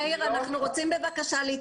מאיר, אנחנו רוצים להתייחס.